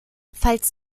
falls